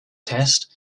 test